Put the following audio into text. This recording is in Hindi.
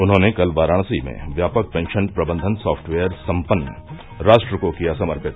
उन्होंने कल वाराणसी में व्यापक पेंशन प्रबंधन सॉफ्टवेयर सम्पन्न राष्ट्र को किया समर्पित